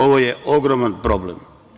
Ovo je ogroman problem.